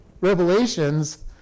revelations